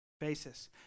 basis